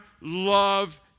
love